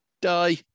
die